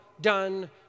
done